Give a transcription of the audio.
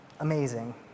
Amazing